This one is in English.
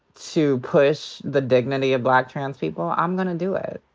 to push the dignity of black trans people, i'm gonna do it.